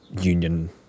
union